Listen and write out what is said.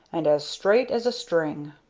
and as straight as a string!